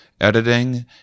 editing